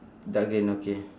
dark green okay